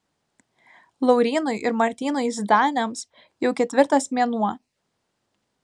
laurynui ir martynui zdaniams jau ketvirtas mėnuo